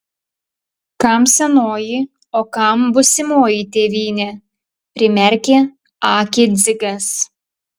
kam senoji o kam būsimoji tėvynė primerkė akį dzigas